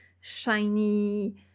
shiny